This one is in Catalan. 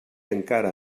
encara